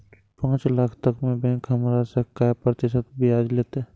पाँच लाख तक में बैंक हमरा से काय प्रतिशत ब्याज लेते?